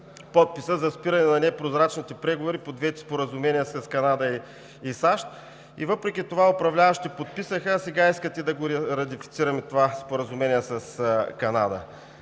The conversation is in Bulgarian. за спиране на непрозрачните преговори по двете споразумения – с Канада и със САЩ. Въпреки това управляващите подписаха, а сега искат и да ратифицираме Споразумението с Канада.